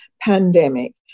pandemic